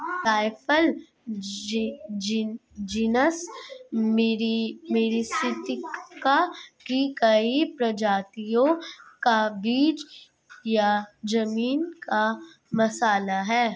जायफल genus Myristica की कई प्रजातियों का बीज या जमीन का मसाला है